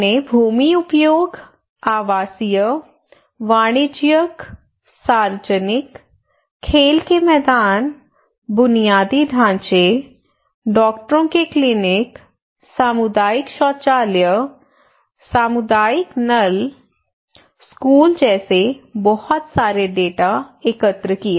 हमने भूमि उपयोग आवासीय वाणिज्यिक सार्वजनिक खेल के मैदान बुनियादी ढांचे डॉक्टरों के क्लिनिक सामुदायिक शौचालय सामुदायिक नल स्कूल जैसे बहुत सारे डेटा एकत्र किए